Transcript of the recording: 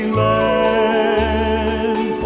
land